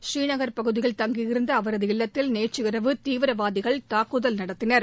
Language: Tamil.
ஸ்ரீநகர் பகுதியில் தங்கியிருந்த அவரது இல்லத்தில் நேற்றிரவு தீவிரவாதிகள் தாக்குதல் நடத்தினர்